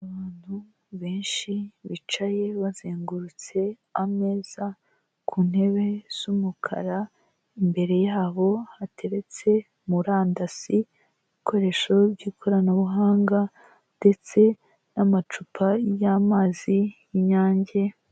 Abantu benshi bicaye bazengurutse ameza ku ntebe z'umukara imbere yabo hateretse murandasi ibikoresho by'ikoranabuhanga ndetse n'amacupa y'amazi y'inyange.